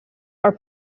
are